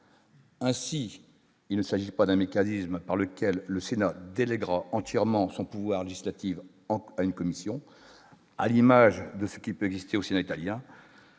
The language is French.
Ainsi, il ne s'agit pas d'un mécanisme par lequel le Sénat déléguera entièrement son pouvoir législatif en quoi une commission à l'image de ce qui peut exister au Sénat italien,